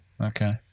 Okay